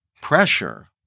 pressure